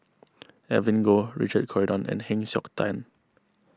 Evelyn Goh Richard Corridon and Heng Siok Tian